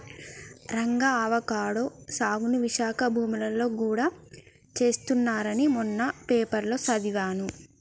Ranga avocado సాగుని విశాఖ భూములలో గూడా చేస్తున్నారని మొన్న పేపర్లో సదివాను